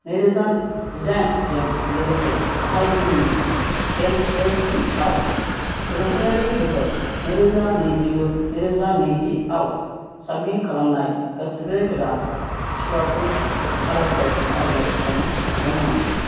नैरोजा जिदाइनजों लोगोसे बाहायगिरिनि एन एस पि आव सोलोंथायारि बोसोर नैरोजा नैजिगु नैरोजा नैजिआव साबमिट खालामनाय गासिबो गोदान स्क'लारशिप आर'जलाइखौ फारिलाइ खालामनो हागोन नामा